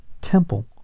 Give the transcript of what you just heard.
temple